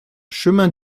chemin